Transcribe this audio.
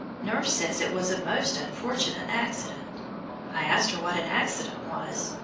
nurse says it was a most unfortunate accident i asked her what an accident was.